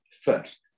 first